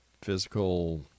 physical